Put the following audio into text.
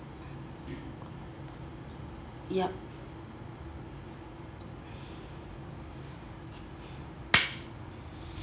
yup